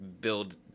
build